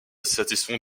satisfont